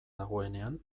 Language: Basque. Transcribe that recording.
dagoenean